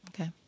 Okay